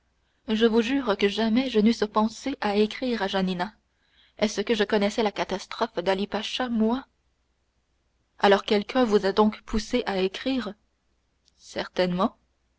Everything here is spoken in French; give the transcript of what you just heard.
je vous jure que jamais je n'eusse pensé à écrire à janina est-ce que je connaissais la catastrophe d'ali-pacha moi alors quelqu'un vous a donc poussé à écrire certainement